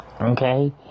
Okay